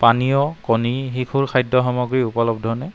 পানীয় কণী শিশুৰ খাদ্য সামগ্ৰী উপলব্ধনে